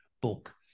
book